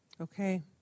Okay